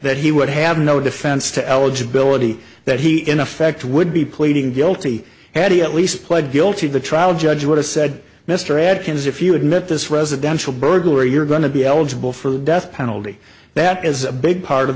that he would have no defense to eligibility that he in effect would be pleading guilty had he at least pled guilty the trial judge would have said mr adkins if you admit this residential burglary you're going to be eligible for the death penalty that is a big part of